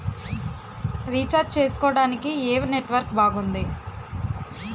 Recharge చేసుకోవటానికి ఏం network బాగుంది?